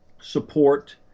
support